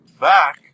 Back